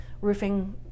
roofing